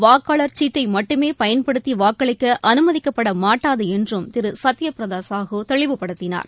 வாக்காளர் சீட்டைமட்டுமேபயன்படுத்திவாக்களிக்கஅனுமதிக்கப்படமாட்டாதுஎன்றும் திருசத்யபிரதாசாஹூ தெளிவுபடுத்தினார்